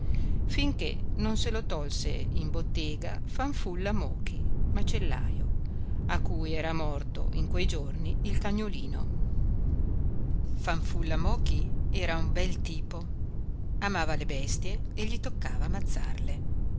finché non se lo tolse in bottega fanfulla mochi macellajo a cui era morto in quei giorni il cagnolino fanfulla mochi era un bel tipo amava le bestie e gli toccava ammazzarle